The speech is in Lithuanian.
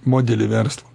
modelį verslo